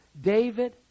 David